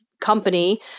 company